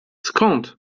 skąd